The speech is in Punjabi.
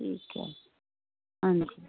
ਠੀਕ ਹੈ ਹਾਂਜੀ